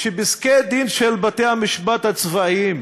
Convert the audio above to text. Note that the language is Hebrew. שפסקי-דין של בתי-המשפט הצבאיים